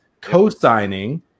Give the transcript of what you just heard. co-signing